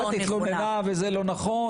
אחת התלוננה וזה לא נכון?